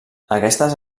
aquestes